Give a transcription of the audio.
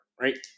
right